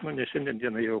nu ne šiandien dienai jau